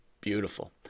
Beautiful